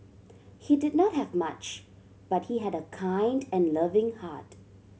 he did not have much but he had a kind and loving heart